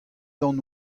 d’an